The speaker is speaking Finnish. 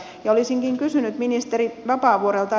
olisinkin kysynyt ministeri vapaavuorelta